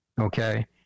Okay